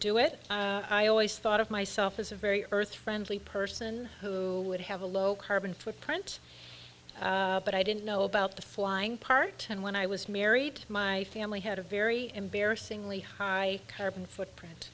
do it i always thought of myself as a very earth friendly person who would have a low carbon footprint but i didn't know about the flying part and when i was married my family had a very embarrassing lehigh carbon footprint